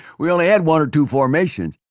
we only had one or two formations